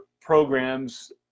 programs